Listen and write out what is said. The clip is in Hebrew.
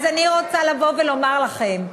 אז אני רוצה לבוא ולומר לכם,